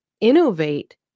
innovate